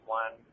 one